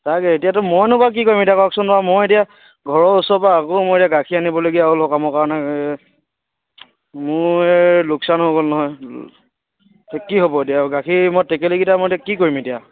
তাকে এতিয়াতো মইনো বাৰু কি কৰিম এতিয়া কওকচোন বাৰু মইয়ো এতিয়া ঘৰৰ ওচৰৰ পৰা আকৌ মই এতিয়া গাখীৰ আনিবলগীয়া হ'ল সকামৰ কাৰণে মই লোকচান হৈ গ'ল নহয় এতিয়া কি হ'ব এতিয়া গাখীৰ মই টেকেলিকেইটা মই কি কৰিম এতিয়া